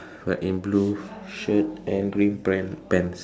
in blue shirt and green pant pants